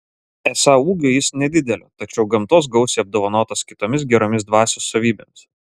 esą ūgio jis nedidelio tačiau gamtos gausiai apdovanotas kitomis geromis dvasios savybėmis